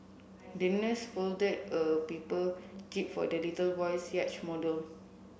the nurse folded a paper jib for the little boy's yacht model